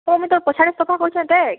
ହଁ ମୁଇଁ ତୋର୍ ପଛା ଆଡ଼େ ସଫା କରୁଛେଁ ଦେଖ୍